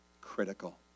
critical